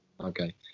Okay